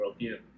worldview